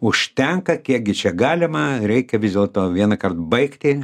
užtenka kiekgi čia galima reikia vis dėlto vienąkart baigti